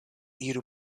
iru